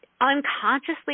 unconsciously